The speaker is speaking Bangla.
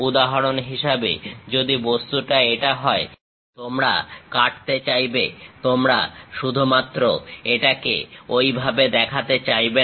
উদাহরণ হিসেবে যদি বস্তুটা এটা হয় তোমরা কাঁটতে চাইবে তোমরা শুধুমাত্র এটাকে ঐভাবে দেখাতে চাইবে না